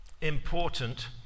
important